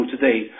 today